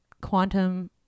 quantum